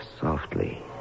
softly